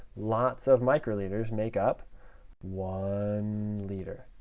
lots of microliters make up one liter.